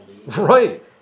Right